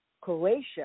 Croatia